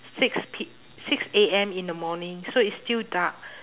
six p~ six A_M in the morning so it's still dark